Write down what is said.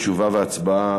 תשובה והצבעה